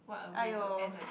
aiyoh